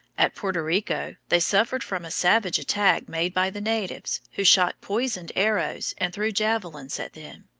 at puerto rico they suffered from a savage attack made by the natives, who shot poisoned arrows and threw javelins at them.